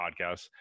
podcasts